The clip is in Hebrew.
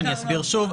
אני אסביר שוב.